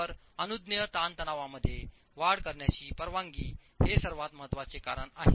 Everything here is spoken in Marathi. तर अनुज्ञेय ताणतणावांमध्ये वाढ करण्याची परवानगी हे सर्वात महत्वाचे कारण आहे